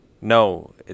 No